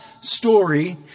story